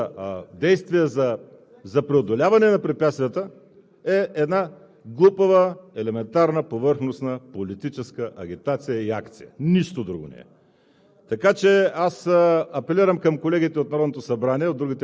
за действия, които са вследствие, които са действия за преодоляване на препятствията, е една глупава елементарна повърхност на политическа агитация и акция. Нищо друго не е!